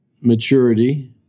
maturity